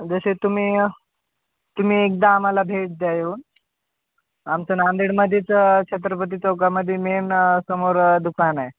जसे तुम्ही तुम्ही एकदा आम्हाला भेट द्या येऊन आमचं नांदेडमध्येच छत्रपती चौकामध्ये मेन समोर दुकान आहे